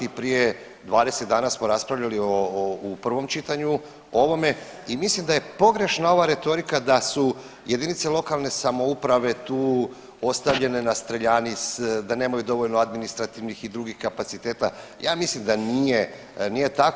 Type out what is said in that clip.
Prije 20 dana smo raspravljali o, u prvom čitanju ovome i mislim da je pogrešna ova retorika da su jedinice lokalne samouprave tu ostavljene na streljani, da nemaju dovoljno administrativnih i drugih kapaciteta, ja mislim da nije, nije tako.